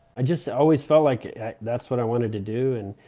i just always felt like that's what i wanted to do. and